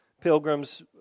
pilgrims